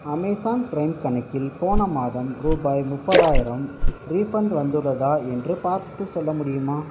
Amazon prime கணக்கில் போன மாதம் ரூபாய் முப்பதாயிரம் ரீஃபண்ட் வந்துள்ளதா என்று பார்த்து சொல்ல முடியுமா